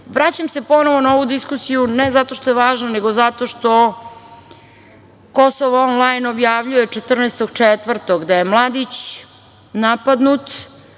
se ponovo na ovu diskusiju, ne zato što je važna nego zato što Kosovo onlajn objavljuje 14. 04. da je mladić napadnut